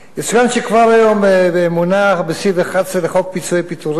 יצוין שכבר היום מונה סעיף 11 לחוק פיצויי פיטורים,